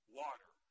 water